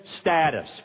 status